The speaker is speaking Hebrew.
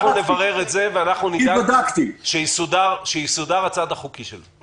אנחנו נברר את זה ונדאג שיסודר הצד החוקי של זה.